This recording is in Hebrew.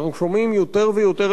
אנחנו שומעים יותר ויותר,